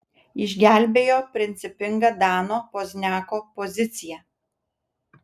išgelbėjo principinga dano pozniako pozicija